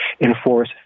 enforce